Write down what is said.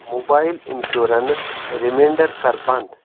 mobile insurance reminder کَر بنٛد